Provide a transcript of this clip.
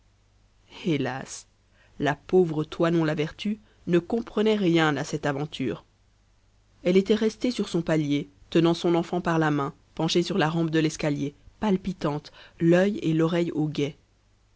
hélas la pauvre toinon la vertu ne comprenait rien à cette aventure elle était restée sur son palier tenant son enfant par la main penchée sur la rampe de l'escalier palpitante l'œil et l'oreille au guet